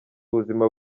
buzima